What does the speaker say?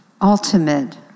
ultimate